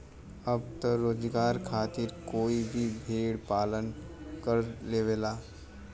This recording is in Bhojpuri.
अब त रोजगार खातिर कोई भी भेड़ पालन कर लेवला